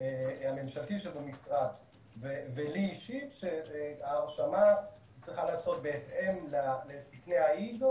הממשלתי שבמשרד ולי אישית שההרשמה צריכה להיעשות בהתאם לתקני ה-ISO